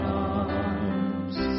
arms